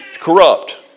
corrupt